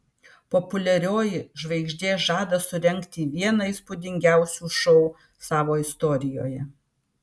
populiarioji žvaigždė žada surengti vieną įspūdingiausių šou savo istorijoje